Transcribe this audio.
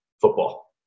football